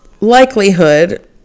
likelihood